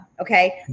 okay